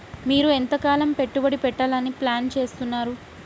మీరు ఎంతకాలం పెట్టుబడి పెట్టాలని ప్లాన్ చేస్తున్నారు?